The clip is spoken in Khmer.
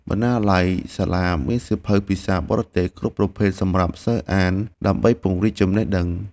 បណ្ណាល័យសាលាមានសៀវភៅភាសាបរទេសគ្រប់ប្រភេទសម្រាប់សិស្សអានដើម្បីពង្រីកចំណេះដឹង។